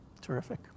Terrific